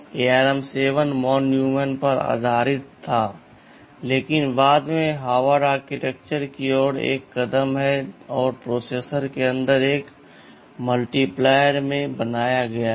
ARM7 von Neumann पर आधारित था लेकिन बाद में हार्वर्ड आर्किटेक्चर की ओर एक कदम है और प्रोसेसर के अंदर एक मल्टीप्लायर में बनाया गया है